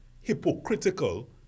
hypocritical